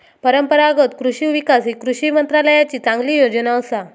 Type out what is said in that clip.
परंपरागत कृषि विकास ही कृषी मंत्रालयाची चांगली योजना असा